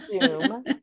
assume